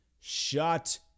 shut